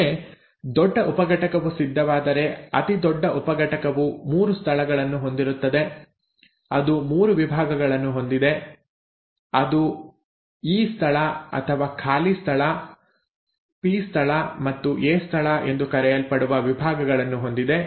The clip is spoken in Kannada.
ಒಮ್ಮೆ ದೊಡ್ಡ ಉಪಘಟಕವು ಸಿದ್ಧವಾದರೆ ಅತಿದೊಡ್ಡ ಉಪಘಟಕವು 3 ಸ್ಥಳಗಳನ್ನು ಹೊಂದಿರುತ್ತದೆ ಅದು 3 ವಿಭಾಗಗಳನ್ನು ಹೊಂದಿದೆ ಅದು ಇ ಸ್ಥಳ ಅಥವಾ ಖಾಲಿ ಸ್ಥಳ ಪಿ ಸ್ಥಳ ಮತ್ತು ಎ ಸ್ಥಳ ಎಂದು ಕರೆಯಲ್ಪಡುವ ವಿಭಾಗಗಳನ್ನು ಹೊಂದಿದೆ